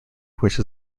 which